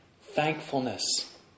thankfulness